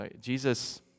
Jesus